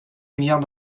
milliards